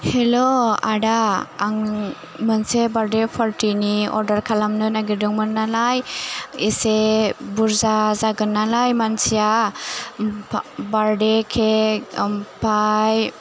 हेल' आदा आं मोनसे बार्डे पार्टिनि अर्डार खालामनो नागिदोंमोन नालाय एसे बुरजा जागोन नालाय मानसिया ओम फा बार्डे केक आमफाय